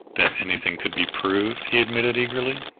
that anything could be proved, he admitted eagerly,